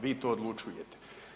Vi to odlučujete.